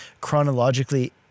chronologically